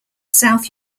south